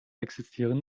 existieren